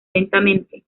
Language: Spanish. lentamente